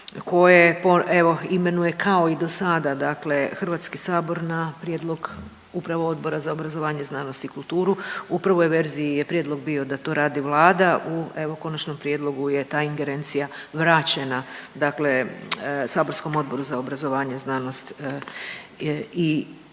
koje evo imenuje kao i dosada dakle Hrvatski sabor na prijedlog upravo Odbora za obrazovanje, znanost i kulturu. U prvoj verziji je bio da to radi vlada, evo u konačnom prijedlogu je ta ingerencija vraćena dakle saborskom Odboru za obrazovanje, znanost i kulturu.